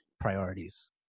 priorities